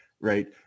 right